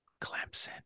Clemson